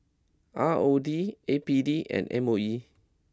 R O D A P D and M O E